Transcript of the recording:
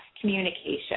communication